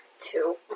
Two